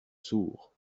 sourd